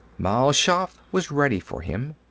mal shaff was ready for him.